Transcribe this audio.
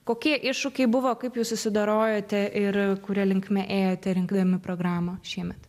kokie iššūkiai buvo kaip jūs susidorojote ir kuria linkme ėjote rinkdami programą šiemet